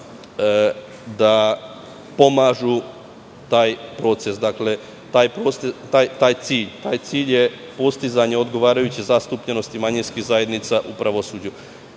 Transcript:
da pomažu taj cilj. Taj cilj je postizanje odgovarajuće zastupljenosti manjinskih zajednica u pravosuđu. Kao